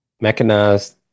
Mechanized